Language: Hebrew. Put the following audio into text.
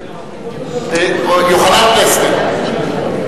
הכנסת יוחנן פלסנר.